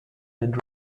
and